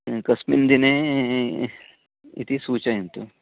कस्मिन् दिने इति सूचयन्तु